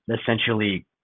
essentially